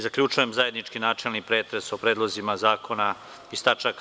Zaključujem zajednički načelni pretres o predlozima zakona iz tač.